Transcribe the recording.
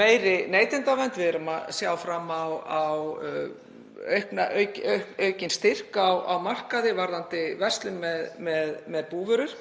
meiri neytendavernd, við erum að sjá fram á aukinn styrk á markaði varðandi verslun með búvörur